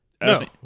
No